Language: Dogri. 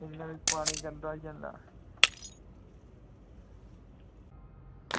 ते एह्दे कन्नै पानी गंदा होई जंदा